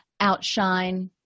outshine